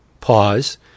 pause